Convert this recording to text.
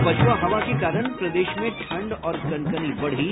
और पछ्आ हवा के कारण प्रदेश में ठंड और कनकनी बढ़ी